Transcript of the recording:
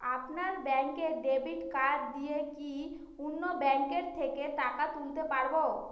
আপনার ব্যাংকের debit card দিয়ে কি অন্য ব্যাংকের থেকে টাকা তুলতে পারবো?